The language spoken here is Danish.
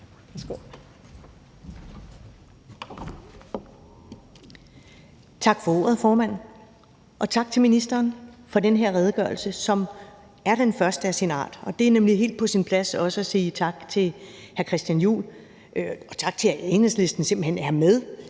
Tak for ordet, formand, og tak til ministeren for den her redegørelse, som er den første af sin art. Og det er nemlig helt på sin plads også at sige tak til hr. Christian Juhl og til Enhedslisten for simpelt hen at være